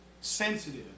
sensitive